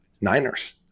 niners